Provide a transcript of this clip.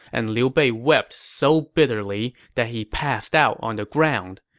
and liu bei wept so bitterly that he passed out on the ground.